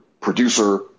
producer